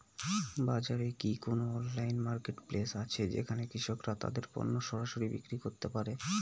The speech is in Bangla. বাজারে কি কোন অনলাইন মার্কেটপ্লেস আছে যেখানে কৃষকরা তাদের পণ্য সরাসরি বিক্রি করতে পারে?